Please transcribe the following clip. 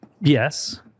Yes